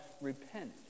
repent